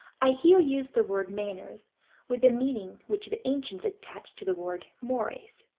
i here used the word manners with the meaning which the ancients attached to the word mores,